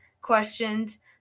questions